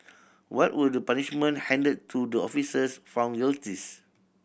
what were the punishment handed to the officers found guilty